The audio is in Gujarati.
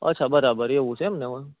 અચ્છા બરાબર એવું છે એમને